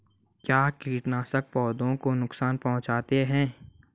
क्या कीटनाशक पौधों को नुकसान पहुँचाते हैं?